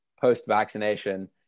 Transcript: post-vaccination